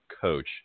coach